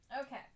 Okay